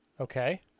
Okay